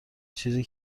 چیزی